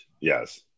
Yes